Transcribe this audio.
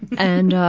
and ah.